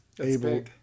able